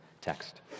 text